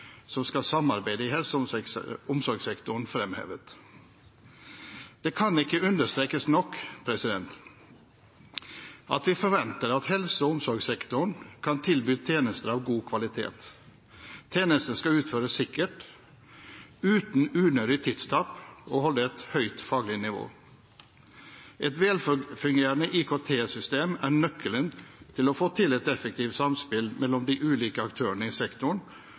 som skal samarbeide i helse- og omsorgssektoren, fremhevet. Det kan ikke understrekes nok at vi forventer at helse- og omsorgssektoren kan tilby tjenester av god kvalitet. Tjenestene skal utføres sikkert, uten unødig tidstap og holde et høyt faglig nivå. Et velfungerende IKT-system er nøkkelen til å få til et effektivt samspill mellom de ulike aktørene i sektoren